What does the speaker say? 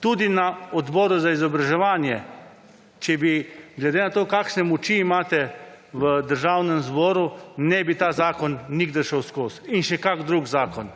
Tudi na odboru za izobraževanje, če bi glede na to, kakšne moči imate v Državnem zboru, ne bi ta zakon nikdar šel skozi. In še kakšen drug zakon.